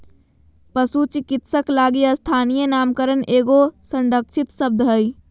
पशु चिकित्सक लगी स्थानीय नामकरण एगो संरक्षित शब्द हइ